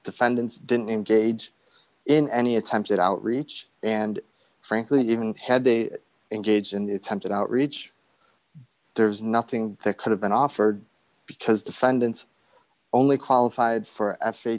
defendants didn't engage in any attempt at outreach and frankly even had they engaged in the attempted outreach there's nothing that could have been offered because defendants only qualified for f